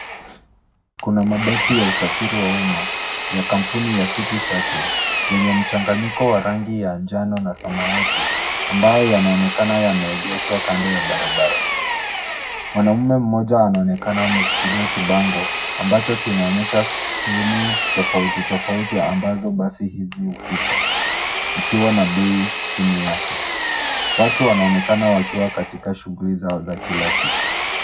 Kuna mabasi ya usafiri wa umma ya kampuni ya City Shuttle yenye mchanganyiko wa rangi ya njano na samawati, ambayo yanaonekana yameegeshwa kando ya barabara. Mwanaume mmoja anaonekana ameshikilia kibango ambacho kinaonyesha sehemu tofauti tofauti ambazo basi hizi hufika, ikiwa na bei chini yake. Watu wanaonekana wakiwa katika shughuli zao za kila siku.